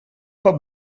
pas